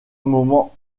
moment